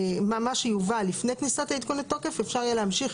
מה שיובא לפני כניסת העדכון לתוקף אפשר יהיה להמשיך